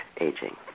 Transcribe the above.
aging